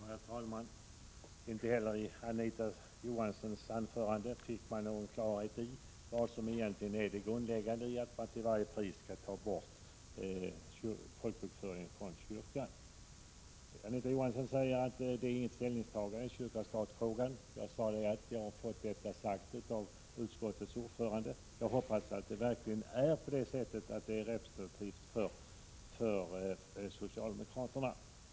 Herr talman! Inte heller i Anita Johanssons anförande fick man någon klarhet i vad som egentligen är det grundläggande i att till varje pris ta bort folkbokföringen från kyrkan. Anita Johansson säger att detta inte är något ställningstagande i kyrka-stat-frågan. Som jag sade har utskottets ordförande sagt det till mig. Jag hoppas att det verkligen är representativt för socialdemokraterna.